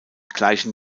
gleichen